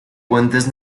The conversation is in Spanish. puentes